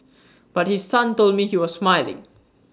but his son told me he was smiling